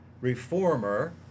reformer